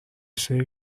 save